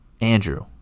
Andrew